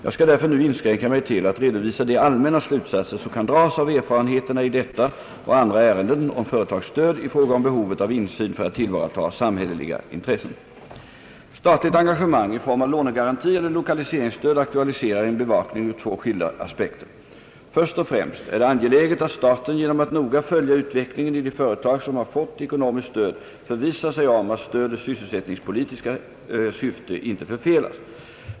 Jag skall därför nu inskränka mig till att redovisa de allmänna slutsatser som kan dras av erfarenheterna i detta och andra ärenden om företagsstöd i fråga om behovet av insyn för att tillvarata samhälleliga intressen. Statligt engagemang i form av lånegaranti eller lokaliseringsstöd aktualiserar en bevakning ur två skilda aspekter. Först och främst är det angeläget att staten genom att noga följa utvecklingen i de företag som har fått ekonomiskt stöd förvissar sig om att stödets sysselsättningspolitiska syfte inte förfelas.